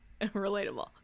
relatable